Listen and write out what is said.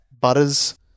butters